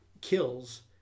kills